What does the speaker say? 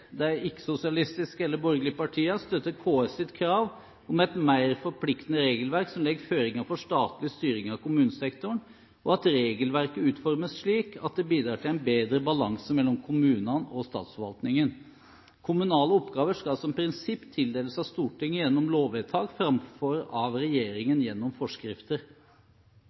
de ikke-sosialistiske, eller borgerlige, partiene, støtter KS’ krav om et mer forpliktende regelverk som legger føringer for statlig styring av kommunesektoren, og at regelverket utformes slik at det bidrar til en bedre balanse mellom kommunene og statsforvaltningen. Kommunale oppgaver skal som prinsipp tildeles av Stortinget gjennom lovvedtak framfor av regjeringen gjennom forskrifter.